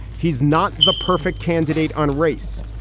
he's not the perfect candidate on race,